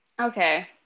Okay